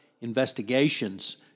investigations